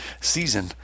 season